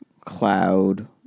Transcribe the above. cloud